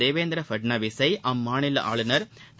தேவேந்திர பட்நாவிஸை அம்மாநில ஆளுநர் திரு